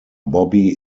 bobby